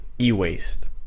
e-waste